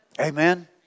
Amen